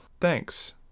Thanks